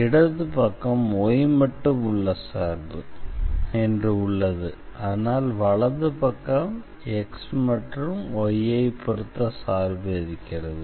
இடது பக்கம் y மட்டும் உள்ள சார்பு என்று உள்ளது ஆனால் வலது பக்கம் x மற்றும் y ஐப் பொறுத்த சார்பு இருக்கிறது